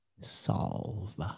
solve